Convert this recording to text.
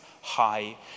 high